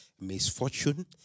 misfortune